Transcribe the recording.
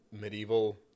medieval